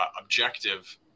objective